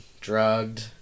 drugged